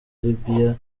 libya